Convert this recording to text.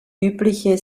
übliche